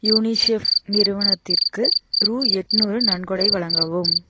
UNICEF நிறுவனத்திற்கு ரூ எட்நூறு நன்கொடை வழங்கவும்